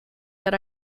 that